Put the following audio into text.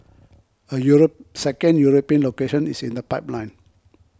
a Europe second European location is in the pipeline